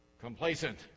complacent